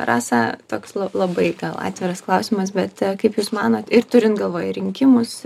rasa toks la labai atviras klausimas bet kaip jūs manot ir turint galvoje rinkimus